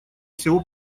всего